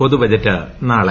പൊതുബജറ്റ് നാളെ